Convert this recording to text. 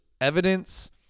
evidence